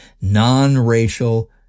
non-racial